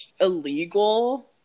illegal